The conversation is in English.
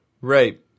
Right